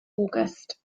august